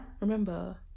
remember